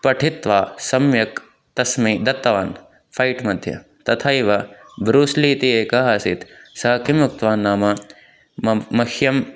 पठित्वा सम्यक् तस्मै दत्तवान् फ़ैट्मध्ये तथैव ब्रूस् ली इति एकः आसीत् सः किम् उक्तवान् नाम मं मह्यम्